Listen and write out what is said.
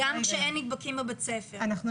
גם